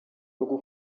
rwo